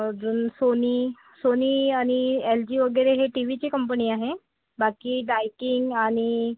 अजून Sony Sony आणि L G वगैरे हे टी वी ची कंपनी आहे बाकी डायकिंग आणि